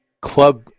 Club